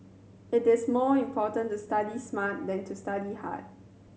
it is more important to study smart than to study hard